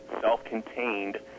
self-contained